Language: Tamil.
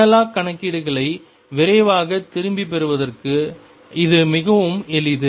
அனலாக் கணக்கீடுகளை விரைவாக திரும்பப் பெறுவதற்கு இது மிகவும் எளிது